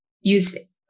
use